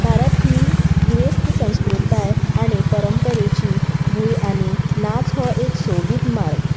भारत ही गिरेस्त संस्कृताय आनी परंपरेची भूंय आनी नाच हो एक सोबीत मार्ग